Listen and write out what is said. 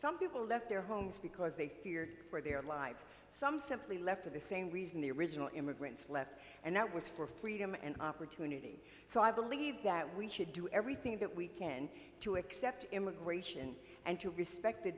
some people left their homes because they feared for their lives some simply left for the same reason the original immigrants left and that was for freedom and opportunity so i believe that we should do everything that we can to accept immigration and to respect the